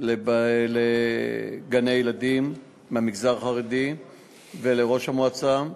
על גני-ילדים מהמגזר החרדי ועל ראש המועצה.